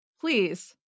Please